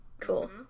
Cool